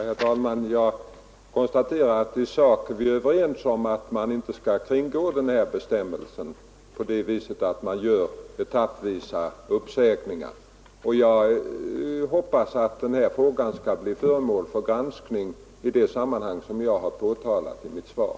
Herr talman! Jag konstaterar att vi i sak är överens om att man inte skall kringgå ifrågavarande bestämmelse genom att göra uppsägningar etappvis. Jag hoppas att denna fråga skall bli föremål för granskning i det sammanhang som jag har hänvisat till i mitt svar.